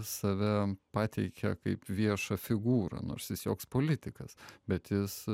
save pateikia kaip viešą figūrą nors jis joks politikas bet jis